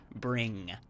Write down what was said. bring